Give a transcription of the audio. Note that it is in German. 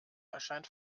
erscheint